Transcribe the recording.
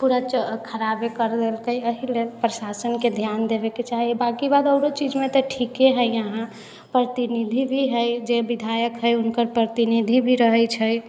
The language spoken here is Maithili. पूरा खराबे कर देलकै एहीलेल प्रशासनके ध्यान देबयके चाही बाँकी बात आओरो चीजमे तऽ ठीके हइ यहाँ प्रतिनिधि भी हइ जे विधायक हइ हुनकर प्रतिनिधि भी रहै छै